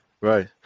right